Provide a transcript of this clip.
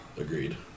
Agreed